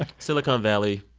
ah silicon valley,